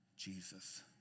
Jesus